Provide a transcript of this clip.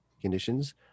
conditions